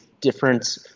different